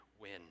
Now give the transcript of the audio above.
win